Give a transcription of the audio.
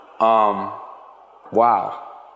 Wow